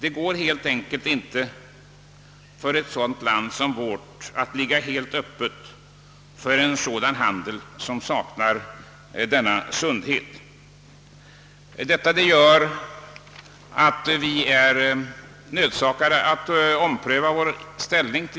Ett land som vårt kan inte få ligga helt öppet för en sådan handel som saknar sundhet, utan vi är nödsakade att ompröva vår ställning.